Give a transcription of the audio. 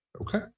Okay